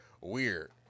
weird